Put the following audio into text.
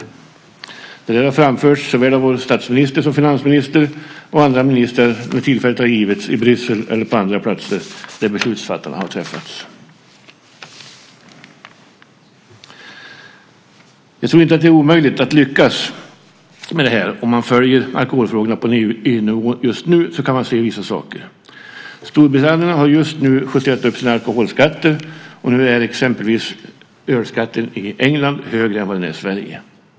Det här har framförts såväl av statsministern som av finansministern och andra ministrar när tillfälle har givits i Bryssel eller på andra platser där beslutsfattare har träffats. Vi tror inte att det är omöjligt att lyckas med det här. När man följer alkoholfrågorna på EU-nivå just nu kan man se vissa saker. Storbritannien har just justerat upp sina alkoholskatter, och nu är exempelvis ölskatten i England högre än vad den är i Sverige.